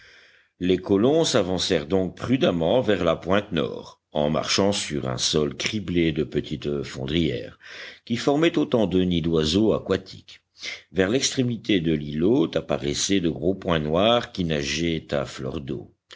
les colons s'avancèrent donc prudemment vers la pointe nord en marchant sur un sol criblé de petites fondrières qui formaient autant de nids d'oiseaux aquatiques vers l'extrémité de l'îlot apparaissaient de gros points noirs qui nageaient à fleur d'eau